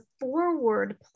forward